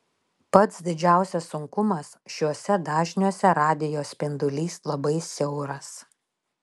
pats didžiausias sunkumas šiuose dažniuose radijo spindulys labai siauras